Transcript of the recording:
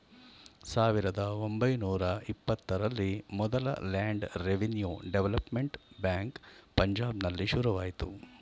ಸಾವಿರದ ಒಂಬೈನೂರ ಇಪ್ಪತ್ತರಲ್ಲಿ ಮೊದಲ ಲ್ಯಾಂಡ್ ರೆವಿನ್ಯೂ ಡೆವಲಪ್ಮೆಂಟ್ ಬ್ಯಾಂಕ್ ಪಂಜಾಬ್ನಲ್ಲಿ ಶುರುವಾಯ್ತು